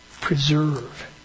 preserve